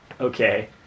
Okay